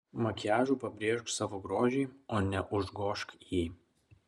makiažu pabrėžk savo grožį o ne užgožk jį